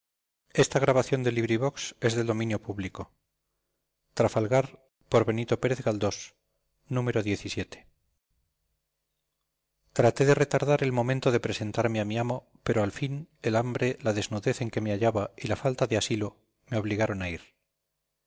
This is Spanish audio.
de hombros diciendo yo no puedo estar en todas partes traté de retardar el momento de presentarme a mi amo pero al fin el hambre la desnudez en que me hallaba y la falta de asilo me obligaron a ir